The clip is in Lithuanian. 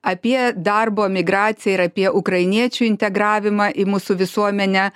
apie darbo migraciją ir apie ukrainiečių integravimą į mūsų visuomenę